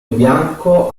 bianco